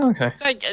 Okay